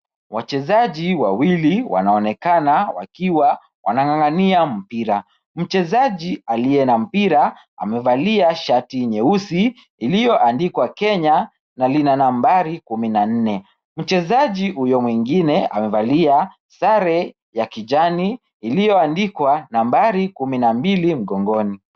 Wachezaji wawili wanaonekana wakiwa wanang'ang'ania mpira. mchezaji aliye na mpira amevalia shati nyeusi ilioandikwa Kenya na lina nambari kumi na nne. mchezaji huyo mwingine amevalia zare ya kijani iliyoandikwa nambari kumi na mbili mgongoni.